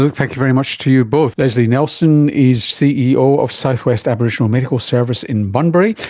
thank you very much to you both. lesley nelson is ceo of south west aboriginal medical service in bunbury,